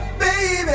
baby